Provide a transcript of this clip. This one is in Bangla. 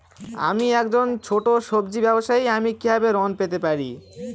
আমি একজন ছোট সব্জি ব্যবসায়ী আমি কিভাবে ঋণ পেতে পারি?